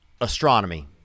astronomy